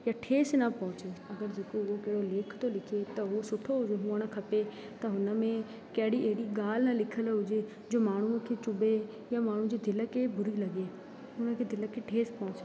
भई ठेस न पहुचे अगरि जेको उहा लेख थो लिखे त उअ सुठो हुअण खपे त हुन में केड़ी एड़ी ॻाल्हि न लिखियलु हुजे जो माण्हूअ खे चुबे या माण्हू जी दिलि खे बुरी लॻी उन खे दिलि खे ठेसि